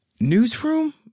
Newsroom